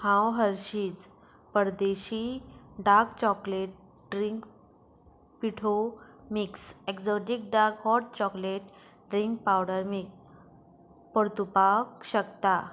हांव हर्शीज परदेशी dark chocolate drink पिठो mix exotic dark hot chocolate drink powder मीक परतुपाक शकता